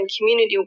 community